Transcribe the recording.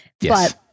Yes